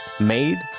made